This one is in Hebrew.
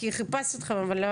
אני פה.